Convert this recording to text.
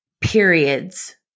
periods